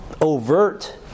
overt